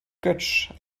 götsch